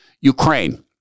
Ukraine